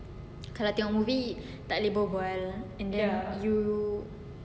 kalau tengok movie tak boleh berbual and then you